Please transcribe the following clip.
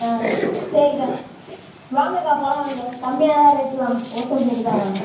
ஆ சரிக்கா வாங்கக்கா பழம் வாங்க கம்மியாக தான் ரேட்டுலாம் ஹோல்சோல் ரேட்டு தான் வாங்க